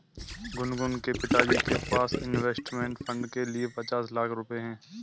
गुनगुन के पिताजी के पास इंवेस्टमेंट फ़ंड के लिए पचास लाख रुपए है